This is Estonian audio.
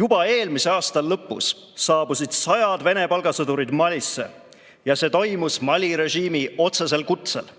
Juba eelmise aasta lõpus saabusid sajad Vene palgasõdurid Malisse ja see toimus Mali režiimi otsesel kutsel.